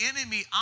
enemy